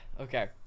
Okay